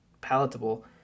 palatable